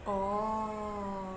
oh